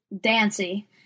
Dancy